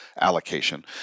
allocation